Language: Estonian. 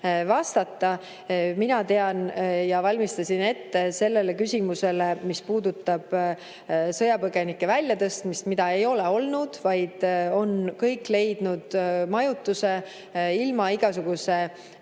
vastata. Mina tean ja valmistasin ette vastust küsimusele, mis puudutab sõjapõgenike väljatõstmist, mida ei ole olnud. Kõik on leidnud majutuse ilma igasuguse